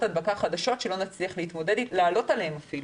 הדבקה חדשות שלא נצליח לעלות עליהן אפילו.